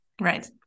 right